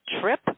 trip